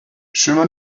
chemin